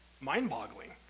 mind-boggling